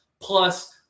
plus